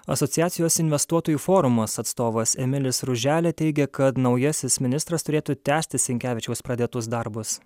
asociacijos investuotojų forumas atstovas emilis ruželė teigia kad naujasis ministras turėtų tęsti sinkevičiaus pradėtus darbus